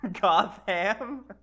Gotham